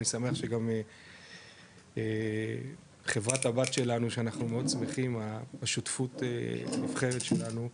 אני שמח שגם חברת הבת שלנו שאנחנו מאוד שמחים בשותפות הנבחרת שלנו,